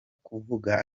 kuvuga